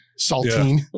Saltine